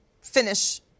finish